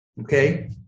Okay